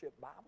Bible